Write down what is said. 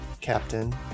Captain